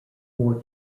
more